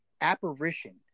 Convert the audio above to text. apparition